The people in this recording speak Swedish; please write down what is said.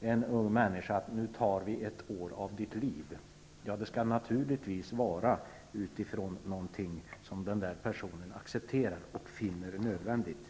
en ung person att man tar ett år av hans liv? Det skall naturligtvis ske utifrån något som denna person accepterar och finner nödvändigt.